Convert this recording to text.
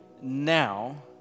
now